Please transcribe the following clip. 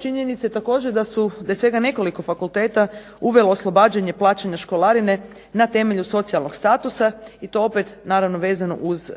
Činjenica je također da je svega nekoliko fakulteta uvelo oslobađanje plaćanja školarine na temelju socijalnog statusa i to opet naravno vezano uz